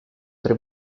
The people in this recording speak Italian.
tre